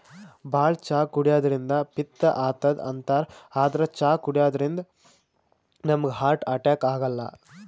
ಭಾಳ್ ಚಾ ಕುಡ್ಯದ್ರಿನ್ದ ಪಿತ್ತ್ ಆತದ್ ಅಂತಾರ್ ಆದ್ರ್ ಚಾ ಕುಡ್ಯದಿಂದ್ ನಮ್ಗ್ ಹಾರ್ಟ್ ಅಟ್ಯಾಕ್ ಆಗಲ್ಲ